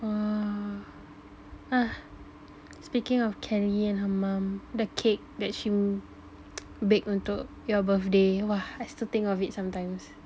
!wah! ah speaking of Kelly and her mum the cake that she mm baked untuk your birthday !wah! I still think of it sometimes